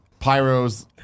pyros